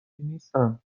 نیستند